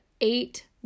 eight